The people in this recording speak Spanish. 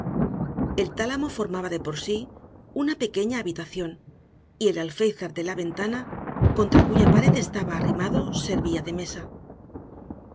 el tálamo formaba de por sí una pequeña habitación y el alféizar de la ventana contra cuya pared estaba arrimado servía de mesa